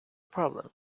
problem